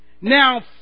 now